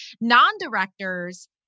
Non-directors